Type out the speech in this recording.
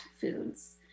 foods